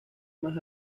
más